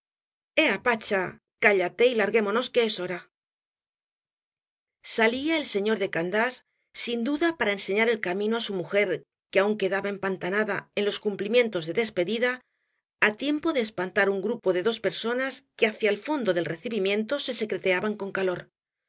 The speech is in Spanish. ea pacha cállate y larguémonos que es hora salía el señor de candás sin duda para enseñar el camino á su mujer que aún quedaba empantanada en los cumplimientos de despedida á tiempo de espantar un grupo de dos personas que hacia el fondo del recibimiento se secreteaban con calor